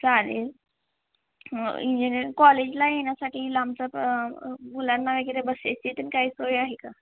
चालेल इंजेनें कॉलेजला येण्यासाठी लांबचा प मुलांना वगैरे बस याची तन काही सोय आहे का